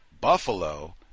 Buffalo